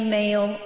male